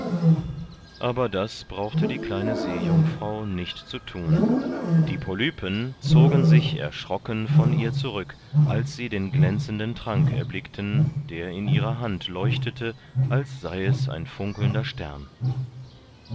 aber das brauchte die kleine seejungfrau nicht zu thun die polypen zogen sich erschrocken von ihr zurück als sie den glänzenden trank erblickten der in ihrer hand leuchtete als sei es ein funkelnder stern